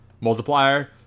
multiplier